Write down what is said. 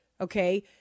okay